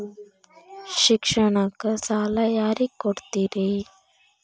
ಶಿಕ್ಷಣಕ್ಕ ಸಾಲ ಯಾರಿಗೆ ಕೊಡ್ತೇರಿ?